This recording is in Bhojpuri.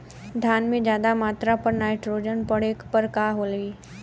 धान में ज्यादा मात्रा पर नाइट्रोजन पड़े पर का होई?